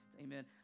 Amen